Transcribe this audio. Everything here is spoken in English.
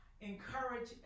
encourage